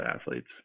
athletes